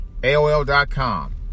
AOL.com